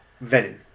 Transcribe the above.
Venom